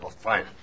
Fine